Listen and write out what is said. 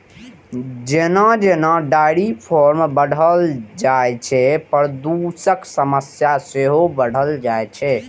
जेना जेना dairy farm बढ़ल जाइ छै, प्रदूषणक समस्या सेहो बढ़ै छै